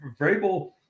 Vrabel